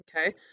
okay